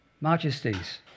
majesties